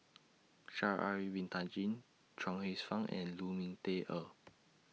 Sha'Ari Bin Tadin Chuang Hsueh Fang and Lu Ming Teh Earl